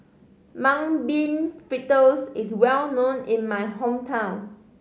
Mung Bean Fritters is well known in my hometown